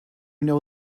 know